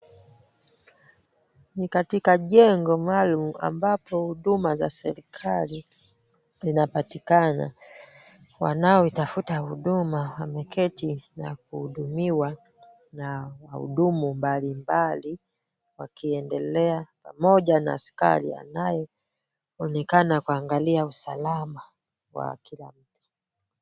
Ni katika jengo maalum ambapo huduma za serikali zinapatikana. Wanaotafuta huduma wameketi na kuhudumiwa na wahudumu mbali mbali wakiendelea pamoja na askari anayeonekana kuangalia usalama wa kila mtu.